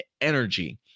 energy